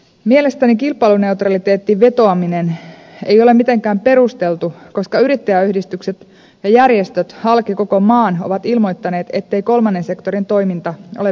mielestäni kilpailuneutraliteettiin vetoaminen ei ole mitenkään perusteltu koska yrittäjäyhdistykset ja järjestöt halki koko maan ovat ilmoittaneet ettei kolmannen sektorin toiminta ole vääristänyt kilpailua